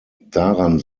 daran